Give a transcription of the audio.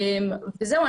וזהו,